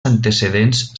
antecedents